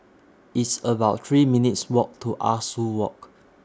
It's about three minutes' Walk to Ah Soo Walk